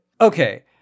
Okay